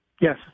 Yes